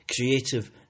creative